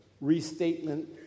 restatement